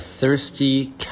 thirsty